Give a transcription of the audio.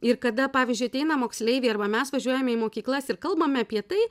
ir kada pavyzdžiui ateina moksleiviai arba mes važiuojame į mokyklas ir kalbame apie tai